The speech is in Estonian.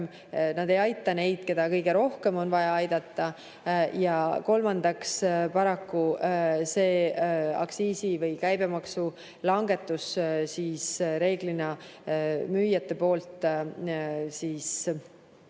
need ei aita neid, keda kõige rohkem on vaja aidata. Kolmandaks, paraku see aktsiisi‑ või käibemaksulangetus reeglina müüjate tõttu